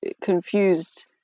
confused